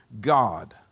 God